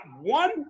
one